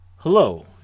Hello